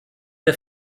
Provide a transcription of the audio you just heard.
der